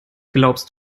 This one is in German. glaubst